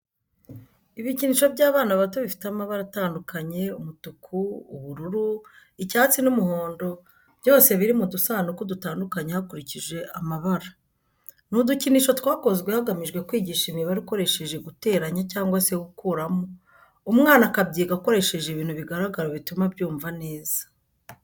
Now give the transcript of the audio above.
Ibikinisho by'abana bato bifite amabara atandukanye umutuku, ubururu, icyatsi n'umuhondo byose biri mu dusanduku dutandukanye hakurikije amabara. Ni udukinisho twakozwe hagamijwe kwigisha imibare ukoresheje guteranya cyangwa se gukuramo umwana akabyiga akoresheje ibintu bigaragara bituma abyumva neza.